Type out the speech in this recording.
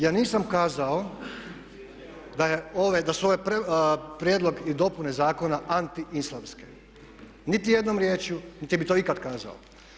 Ja nisam kazao da su ovaj prijedlog i dopune zakona anti islamske, nitijednom riječju niti bih to ikad kazao.